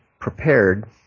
prepared